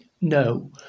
no